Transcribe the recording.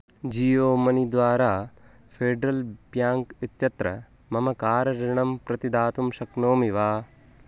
Jio money द्वारा Federal Bank इत्यत्र मम कार् ऋणं प्रतिदातुं शक्नोमि वा